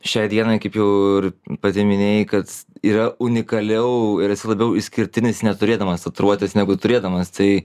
šiai dienai kaip jau ir pati minėjai kad yra unikaliau ir esi labiau išskirtinis neturėdamas tatiuruotės negu turėdamas tai